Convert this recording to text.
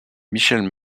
michele